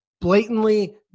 blatantly